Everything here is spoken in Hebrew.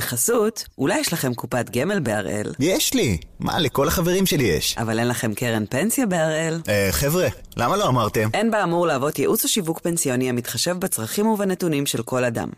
ובחסות, אולי יש לכם קופת גמל בהראל? יש לי! מה, לכל החברים שלי יש. אבל אין לכם קרן פנסיה בהראל! אה, חבר'ה, למה לא אמרתם? אין בה אמור להוות ייעוץ או שיווק פנסיוני המתחשב בצרכים ובנתונים של כל אדם.